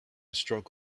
stroke